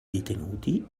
detenuti